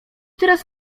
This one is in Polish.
teraz